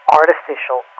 artificial